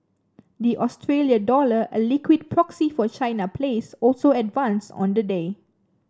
the Australia dollar a liquid proxy for China plays also advanced on the day